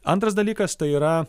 antras dalykas tai yra